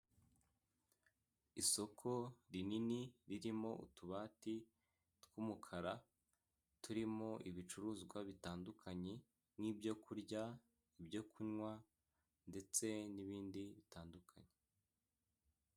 Isoko rinini ririmo utubati tw'umukara turimo ibicuruzwa bitandukanye nk'ibyo kurya, ibyo kunywa ndetse n'ibindi bitandukanye.